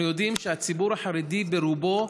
אנחנו יודעים שהציבור החרדי, ברובו,